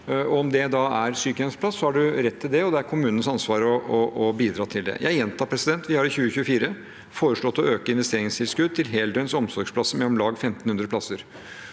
Om det er sykehjemsplass, har vi rett til det, og det er kommunens ansvar å bidra til det. Jeg gjentar: Vi har for 2024 foreslått å øke investeringstilskuddet til heldøgns omsorgsplasser med om lag 1 500 plasser.